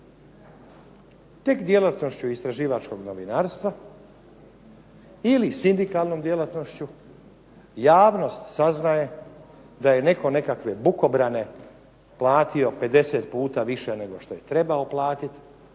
Tek djelatnošću istraživačkog novinarstva ili sindikalnom djelatnošću javnost saznaje da je netko nekakve bukobrane platio 50 puta više nego što je trebao platiti,